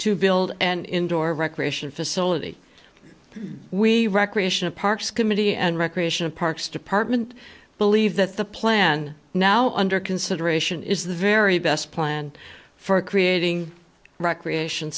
to build an indoor recreation facility we recreational parks committee and recreation of parks department believe that the plan now under consideration is the very best plan for creating recreation